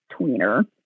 tweener